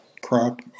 crop